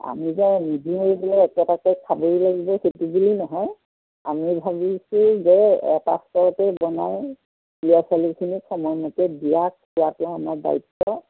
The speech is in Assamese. আমি যে একেটাকে খাবই লাগিব সেইটো বুলি নহয় আমি ভাবিছোঁ যে এটা চৰুতেই বনাওঁ ল'ৰা ছোৱালীখিনিক সময়মতে দিয়া খোৱাটো আমাৰ দায়িত্ব